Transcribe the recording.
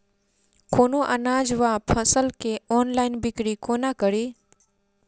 कोनों अनाज वा फसल केँ ऑनलाइन बिक्री कोना कड़ी?